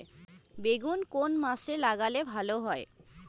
বেগুন কোন মাসে লাগালে ভালো হয়?